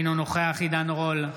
אינו נוכח עידן רול,